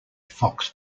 fox